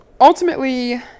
Ultimately